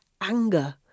anger